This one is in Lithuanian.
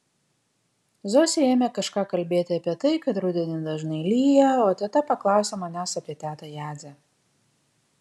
zosė ėmė kažką kalbėti apie tai kad rudenį dažnai lyja o teta paklausė manęs apie tetą jadzę